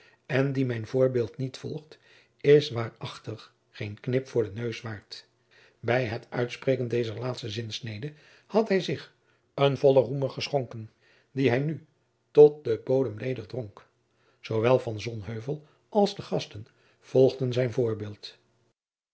en die mijn voorbeeld niet volgt is waarachtig geen knip voor den neus waard bij het uitspreken dezer laatste zinsnede had hij zich een vollen roemer geschonken dien hij nu tot den bodem ledig dronk zoowel van sonheuvel als de gasten volgden zijn voorbeeld